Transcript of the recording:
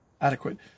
adequate